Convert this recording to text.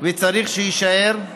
וצריך שיישאר,